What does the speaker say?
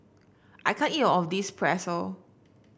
I can't eat all of this Pretzel